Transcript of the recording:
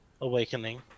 awakening